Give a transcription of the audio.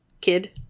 kid